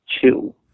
two